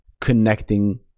connecting